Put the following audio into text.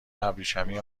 ابریشمی